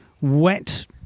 wet